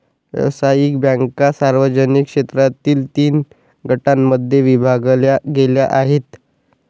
व्यावसायिक बँका सार्वजनिक क्षेत्रातील तीन गटांमध्ये विभागल्या गेल्या आहेत